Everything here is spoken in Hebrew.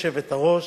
גברתי היושבת-ראש,